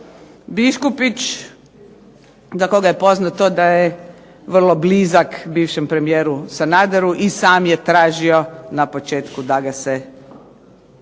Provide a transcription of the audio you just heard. Biškupić, za koga je poznato da je vrlo blizak bivšem premijeru Sanaderu i sam je tražio na početku da ga se